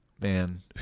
Man